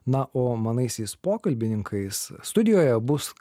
na o manaisiais pokalbininkais studijoje bus